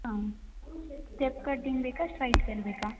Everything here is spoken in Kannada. ಹಾಂ ಸ್ಟೆಪ್ ಕಟ್ಟಿಂಗ್ ಬೇಕಾ ಸ್ಟ್ರೈಟ್ ಹೇರ್ ಬೇಕಾ